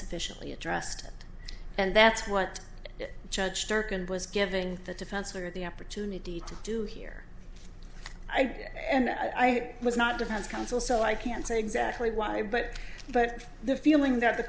sufficiently addressed it and that's what judge darkened was giving the defense or the opportunity to do here i think and i was not defense counsel so i can't say exactly why but but the feeling that the